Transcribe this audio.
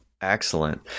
Excellent